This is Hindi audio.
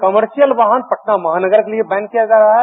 कॉमर्शिलय वाहन पटना महानगर के लिए बैन किया जा रहा है